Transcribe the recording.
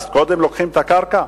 קודם לוקחים את הקרקע?